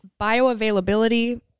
bioavailability